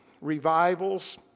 revivals